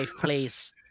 please